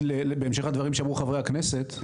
בהמשך למה שאמרו חברי הכנסת,